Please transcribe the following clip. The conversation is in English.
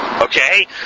Okay